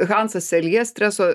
hansas seljė streso